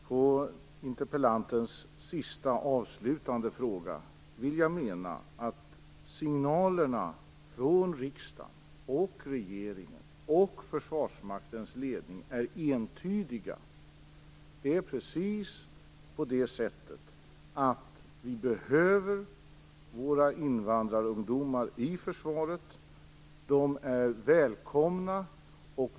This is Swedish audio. Herr talman! På interpellantens avslutande fråga vill jag mena att signalerna från riksdagen, regeringen och försvarsmaktens ledning är entydiga. Vi behöver våra invandrarungdomar i försvaret. De är välkomna.